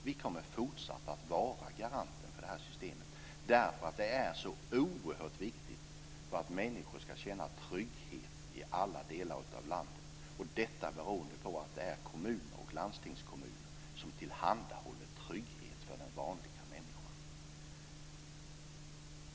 Vi kommer fortsatt att vara garanten för det här systemet, därför att det är så oerhört viktigt för att människor ska känna trygghet i alla delar av landet, detta beroende på att det är kommuner och landstingskommuner som tillhandahåller trygghet för den vanliga människan.